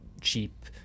cheap